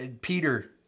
Peter